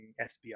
sbr